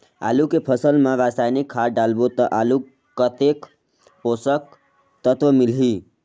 आलू के फसल मा रसायनिक खाद डालबो ता आलू कतेक पोषक तत्व मिलही?